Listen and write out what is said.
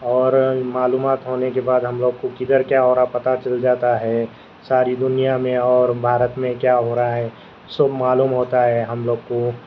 اور معلومات ہونے کے بعد ہم لوگ کو کدھر کیا ہو رہا پتہ چل جاتا ہے ساری دنیا میں اور بھارت میں کیا ہو رہا ہے سب معلوم ہوتا ہے ہم لوگ کو